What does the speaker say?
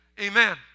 amen